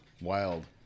Wild